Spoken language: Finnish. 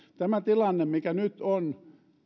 tämän tilanteen mikä nyt on